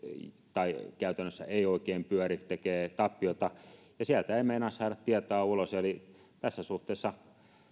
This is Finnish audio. tai käytännössä eivät oikein pyöri tekevät tappiota ja sieltä ei meinaa saada tietoa ulos eli tässä suhteessa